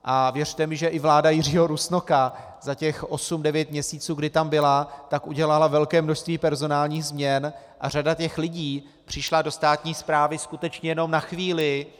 A věřte mi, že i vláda Jiřího Rusnoka za těch osm devět měsíců, kdy tam byla, udělala velké množství personálních změn a řada těch lidí přišla do státní správy skutečně jenom na chvíli.